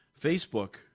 Facebook